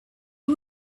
you